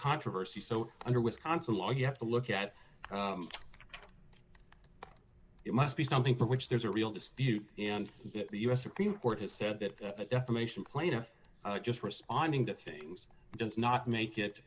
controversy so under wisconsin law you have to look at it must be something for which there's a real dispute and the u s supreme court has said that that defamation plaintiff i was just responding to things does not make it